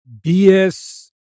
BS